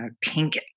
pink